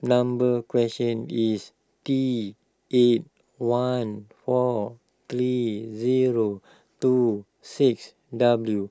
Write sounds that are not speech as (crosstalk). number (unintelligible) is T eight one four three zero two six W